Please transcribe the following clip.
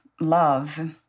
love